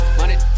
money